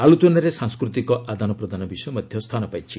ଆଲୋଚନାରେ ସାଂସ୍କୃତିକ ଆଦାନପ୍ରଦାନ ବିଷୟ ମଧ୍ୟ ସ୍ଥାନ ପାଇଛି